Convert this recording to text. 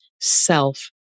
self